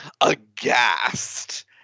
aghast